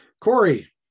Corey